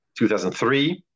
2003